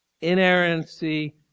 inerrancy